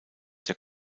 der